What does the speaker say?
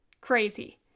Crazy